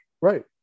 Right